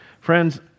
Friends